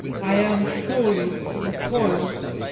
i am surely in the toils.